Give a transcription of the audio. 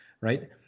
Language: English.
right